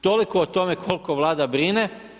Toliko o tome, koliko vlada brine.